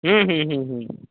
ہوں ہوں ہوں ہوں